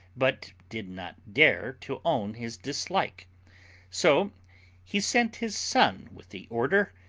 but did not dare to own his dislike so he sent his son with the order,